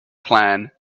plan